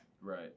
Right